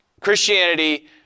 Christianity